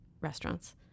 restaurants